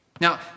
Now